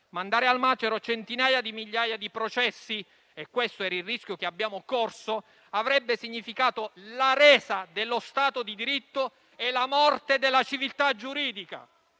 Mandare al macero centinaia di migliaia di processi - e questo è il rischio che abbiamo corso - avrebbe significato la resa dello Stato di diritto e la morte della civiltà giuridica.